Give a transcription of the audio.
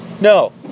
No